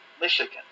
Michigan